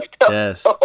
yes